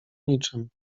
niczym